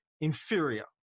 inferior